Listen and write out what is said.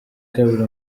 kabiri